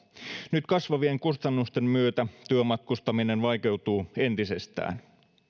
nyt kasvavien kustannusten myötä työmatkustaminen vaikeutuu entisestään